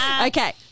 Okay